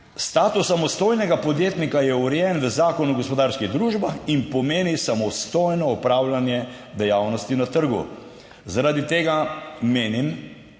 Status samostojnega podjetnika je urejen v Zakonu o gospodarskih družbah in pomeni samostojno opravljanje dejavnosti na trgu. Zaradi tega menim,